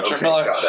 Miller